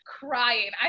crying